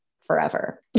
forever